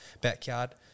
backyard